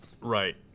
Right